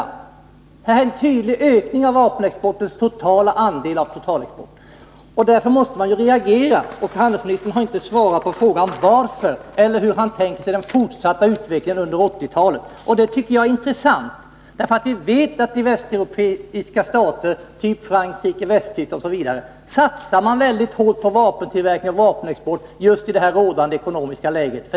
Det har förekommit en tydlig ökning av vapenexportens andel av den totala exporten. Därför måste man reagera, och handelsministern har inte svarat på frågan hur han tänker sig den fortsatta utvecklingen under 1980-talet. Detta vore det intressant att få veta. I västeuropeiska stater av typen Frankrike och Västtyskland satsar man mycket hårt på vapentillverkning och vapenexport justidet rådande ekonomiska läget.